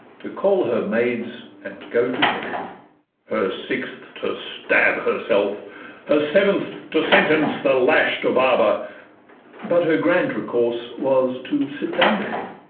to call her maids and go to bed her sixth, to stab herself her seventh, to sentence the lash to baba but her grand resource was to sit down again,